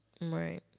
right